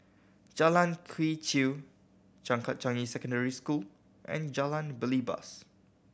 Jalan Quee Chew Changkat Changi Secondary School and Jalan Belibas